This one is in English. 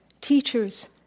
teachers